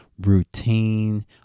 routine